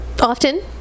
often